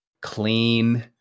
clean